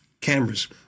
cameras